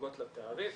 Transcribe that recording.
שנוגעות לתעריף.